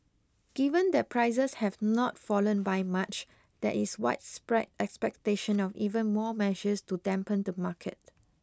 given that prices have not fallen by much there is widespread expectation of even more measures to dampen the market